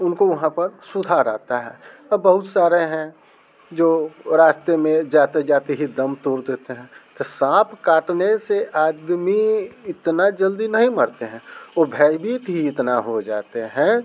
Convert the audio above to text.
उनको वहाँ पर सुधार आता है और बहुत सारे हैं जो रास्ते में जाते जाते ही दम तोड़ देते हैं तो साँप काटने से आदमी इतना जल्दी नहीं मरते हैं वो भयभीत ही इतना हो जाते हैं